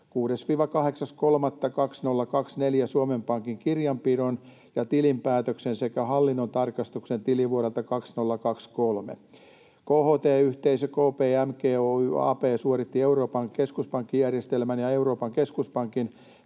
6.—8.3.2024 Suomen Pankin kirjanpidon ja tilinpäätöksen sekä hallinnon tarkastuksen tilivuodelta 2023. KHT-yhteisö KPMG Oy Ab suoritti Euroopan keskuspankkijärjestelmän ja Euroopan keskuspankin